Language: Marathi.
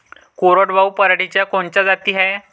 कोरडवाहू पराटीच्या कोनच्या जाती हाये?